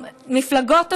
מפלגות השמאל,